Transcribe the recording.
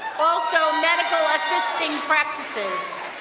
also medical assisting practices.